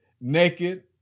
naked